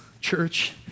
church